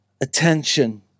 attention